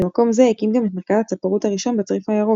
במקום זה הקים גם את מרכז הצפרות הראשון בצריף הירוק,